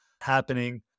happening